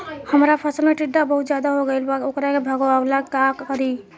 हमरा फसल में टिड्डा बहुत ज्यादा हो गइल बा वोकरा के भागावेला का करी?